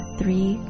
three